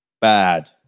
bad